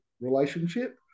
relationship